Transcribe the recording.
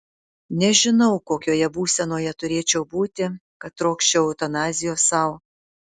nežinau kokioje būsenoje turėčiau būti kad trokščiau eutanazijos sau